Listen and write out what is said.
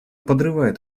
подрывает